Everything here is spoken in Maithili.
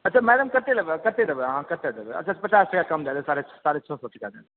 अच्छा मैडम कत्ते देबै कत्ते देबै अहाँ कत्ते देबै अच्छा पचास टका कम दए देबै साढ़े छओ सए टका दए देब